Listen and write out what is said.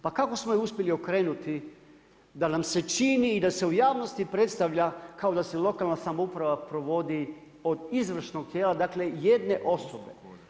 Pa kako smo je uspjeli okrenuti da nam se čini i da se u javnosti predstavlja kao da se lokalna samouprava provodi od izvršnog tijela, dakle jedne osobe.